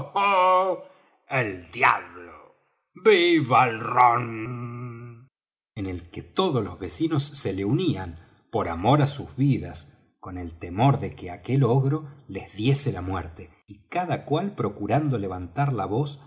el diablo viva el rom en el que todos los vecinos se le unían por amor á sus vidas con el temor de que aquel ogro les diese la muerte y cada cual procurando levantar la voz